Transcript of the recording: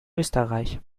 österreich